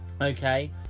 Okay